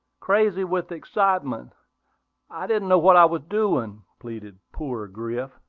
crazy with excitement i didn't know what i was doing, pleaded poor griff.